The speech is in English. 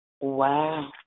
wow